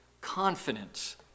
confidence